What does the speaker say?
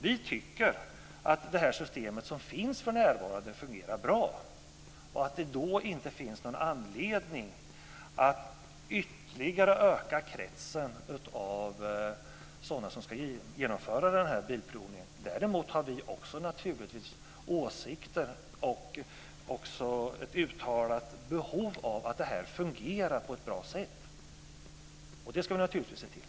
Vi tycker att det system som finns för närvarande fungerar bra. Därför finns det ingen anledning att ytterligare öka kretsen av sådana som ska genomföra bilprovningen. Däremot har vi också åsikter och ett uttalat behov av att det här fungerar på ett bra sätt. Det ska vi naturligtvis se till.